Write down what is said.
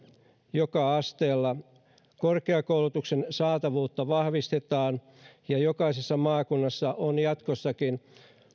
joka asteella korkeakoulutuksen saatavuutta vahvistetaan ja jokaisessa maakunnassa on jatkossakin